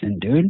dude